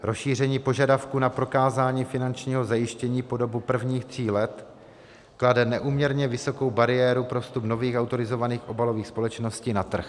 Rozšíření požadavku na prokázání finančního zajištění po dobu prvních tří let klade neúměrně vysokou bariéru pro vstup nových autorizovaných obalových společností na trh.